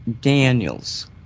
Daniels